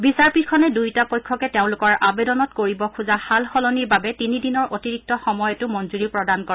বিচাৰপীঠখনে দুয়োটা পক্ষকে তেওঁলোকৰ আবেদনত কৰিব খোজা সালসলনিৰ বাবে তিনি দিনৰ অতিৰিক্ত সময়তো মঙ্গুৰি প্ৰদান কৰে